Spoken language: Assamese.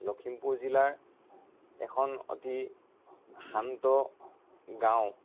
লখিমপুৰ জিলাৰ এখন অতি শান্ত গাঁও